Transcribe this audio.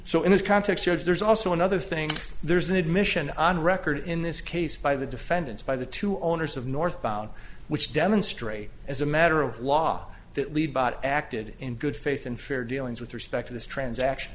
so in this context yes there's also another thing there's an admission on record in this case by the defendants by the two owners of northbound which demonstrate as a matter of law that lead but acted in good faith and fair dealings with respect to this transaction